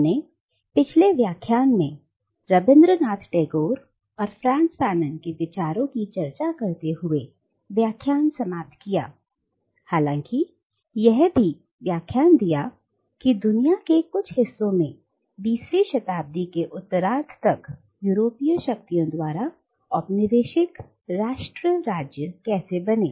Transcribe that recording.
हमने पिछले व्याख्यान में रविंद्र नाथ टैगोर और फ्रांत्स फानन के विचारों की चर्चा करते हुए व्याख्यान समाप्त किया हालांकि यह भी चर्चा व्याख्यान दिया कि की दुनिया के कुछ हिस्सों में बीसवीं शताब्दी के उत्तरार्ध तक यूरोपीय शक्तियों द्वारा औपनिवेशिक राष्ट्र राज्य कैसे बने